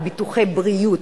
בביטוחי בריאות,